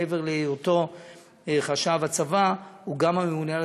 מעבר להיותו חשב הצבא הוא גם הממונה על